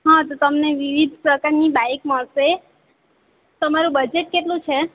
હાં તો તમને વિવિધ પ્રકારની બાઇક મળશે તમારું બજેટ કેટલું છે